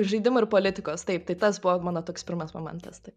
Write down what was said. žaidimų ir politikos taip tai tas buvo mano toks pirmas momentas tai